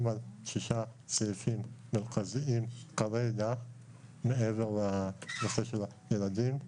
כרגע על שישה סעיפים מרכזיים מעבר לנושא של הילדים.